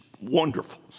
wonderful